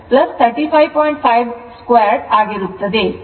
ಆದ್ದರಿಂದ ಇದು √ 5